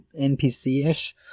NPC-ish